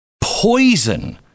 poison